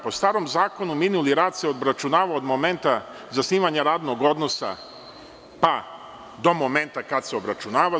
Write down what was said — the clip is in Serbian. Po starom Zakonu, minuli rad se obračunavao od momenta zasnivanja radnog odnosa, pa do momenta kad se obračunava.